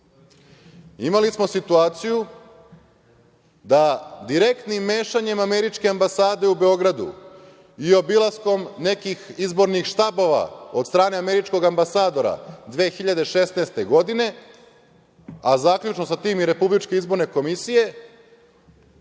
Imali smo situaciju da direktnim mešanjem američke ambasade u Beogradu i obilaskom nekih izbornih štabova od strane američkog ambasadora 2016. godine, a zaključno sa tim i Republičke izborne komisije,